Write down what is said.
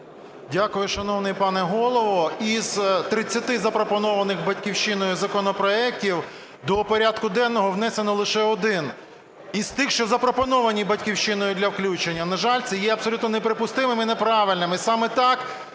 Дякую, шановний пане Голово. Із 30 запропонованих "Батьківщиною" законопроектів до порядку денного внесено лише один, із тих, що запропоновані "Батьківщиною" для включення. На жаль, це є абсолютно неприпустимим і неправильним.